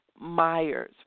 Myers